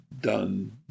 done